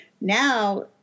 Now